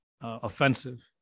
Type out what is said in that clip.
offensive